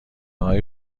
های